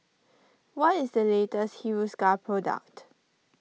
what is the latest Hiruscar product